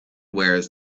wears